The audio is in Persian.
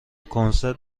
کنسرت